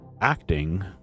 acting